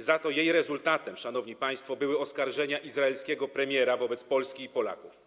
Za to jej rezultatem, szanowni państwo, były oskarżenia izraelskiego premiera wobec Polski i Polaków,